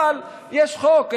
אבל יש חוק,